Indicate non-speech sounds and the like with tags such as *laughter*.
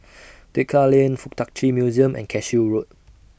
*noise* Tekka Lane Fuk Tak Chi Museum and Cashew Road